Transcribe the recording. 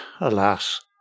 alas